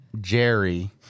Jerry